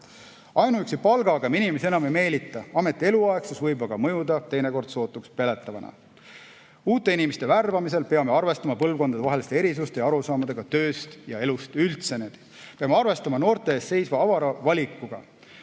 Ainuüksi palgaga enam inimesi ei meelita. Ameti eluaegsus võib aga mõjuda teinekord sootuks peletavana. Uute inimeste värbamisel peame arvestama põlvkondadevaheliste erisuste ja [erinevate] arusaamadega tööst ja elust üldse. Peame arvestama noorte ees seisva avara valikuga.